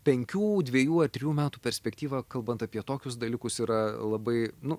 penkių dviejų ar trijų metų perspektyva kalbant apie tokius dalykus yra labai nu